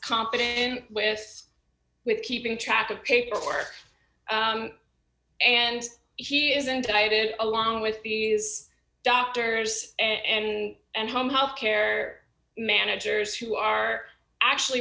confident with keeping track of paperwork and he is indicted along with these doctors and and home health care managers who are actually